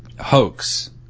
hoax